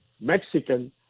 Mexican